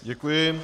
Děkuji.